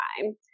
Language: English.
time